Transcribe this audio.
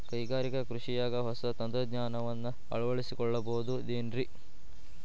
ಕೈಗಾರಿಕಾ ಕೃಷಿಯಾಗ ಹೊಸ ತಂತ್ರಜ್ಞಾನವನ್ನ ಅಳವಡಿಸಿಕೊಳ್ಳಬಹುದೇನ್ರೇ?